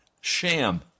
sham